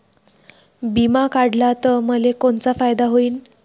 बिमा काढला त मले कोनचा फायदा होईन?